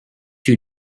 two